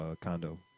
condo